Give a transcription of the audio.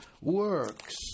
works